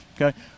okay